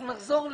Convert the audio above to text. אנחנו נחזור לזה.